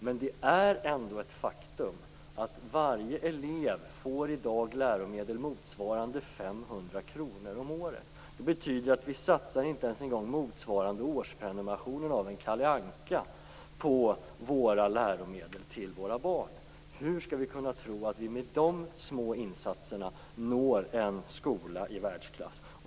Men det är ändå ett faktum att varje elev får i dag läromedel motsvarande 500 kr om året. Det betyder att vi inte ens en gång satsar motsvarande årsprenumerationen av Kalle Anka på läromedel till våra barn. Hur skall vi kunna tro att vi med de små insatserna når en skola i världsklass?